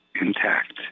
intact